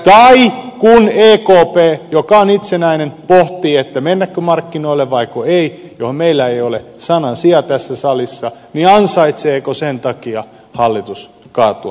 tai kun ekp joka on itsenäinen pohtii mennäkö markkinoille vaiko ei mihin meillä ei ole sanan sijaa tässä salissa niin ansaitseeko sen takia hallitus kaatua